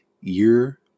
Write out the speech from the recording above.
year